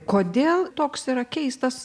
kodėl toks yra keistas